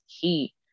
key